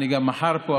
אני גם מחר פה,